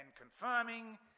confirming